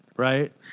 Right